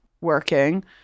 working